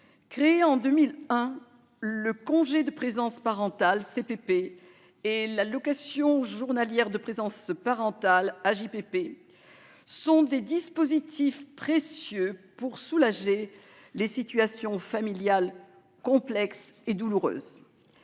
Créés en 2001, le congé de présence parentale (CPP) et l'allocation journalière de présence parentale (AJPP) sont des dispositifs précieux pour soulager des situations familiales complexes et douloureuses.